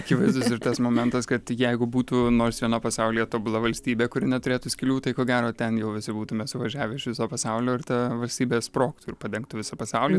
akivaizdus ir tas momentas kad jeigu būtų nors viena pasaulyje tobula valstybė kuri neturėtų skylių tai ko gero ten jau visi būtume suvažiavę iš viso pasaulio ir ta valstybė sprogtų ir padengtų visą pasaulį